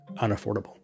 unaffordable